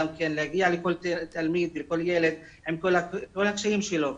להגיע לכל ילד ולכל תלמיד עם כל הקשיים שלו.